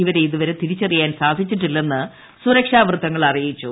ഇവരെ ഇതുവരെ തിരിച്ചറിയാൻ സാധിച്ചിട്ടില്ലെന്ന് സുരക്ഷാ വൃത്തങ്ങൾ അറിയിച്ചു